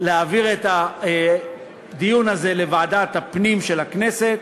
להעביר את הדיון הזה לוועדת הפנים של הכנסת,